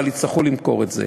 אבל יצטרכו למכור את זה.